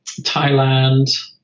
Thailand